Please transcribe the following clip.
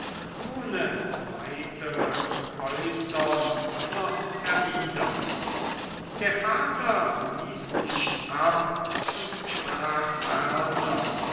ohne weiteres äußern noch erwidern der vater ließ nicht ab und sprach ferner